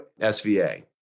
SVA